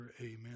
Amen